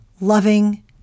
loving